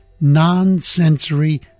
non-sensory